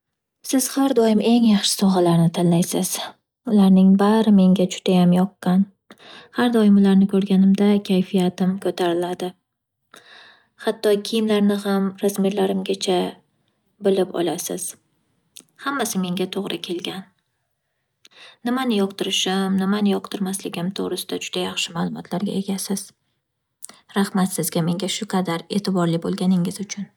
Siz har doim eng yaxshi sovg'alarni tanlaysiz. Ularning bari menga judayam yoqqan. Har doim ularni ko'rganimda kayfiyatim ko'tariladi. Hatto, kiyimlarni ham razmerlarimgacha bilib olasiz. Hammasi menga to'g'ri kelgan Nimani yoqtirishim, nimani yoqtirmasligim to'g'risida juda yaxshi ma'lumotlarga egasiz. Rahmat sizga menga shu qadar e'tiborli bo'lganingiz uchun.